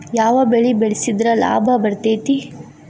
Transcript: ಯಾವ ಬೆಳಿ ಬೆಳ್ಸಿದ್ರ ಲಾಭ ಬರತೇತಿ?